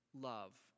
love